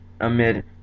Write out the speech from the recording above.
amid